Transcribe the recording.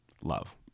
love